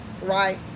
right